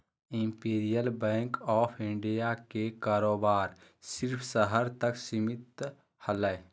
imperial bank of India के कारोबार सिर्फ़ शहर तक सीमित हलय